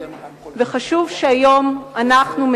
חשוב שהיום אנחנו,